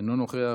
אינו נוכח,